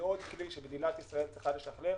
זה עוד כלי שמדינת ישראל צריכה לשכלל.